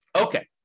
Okay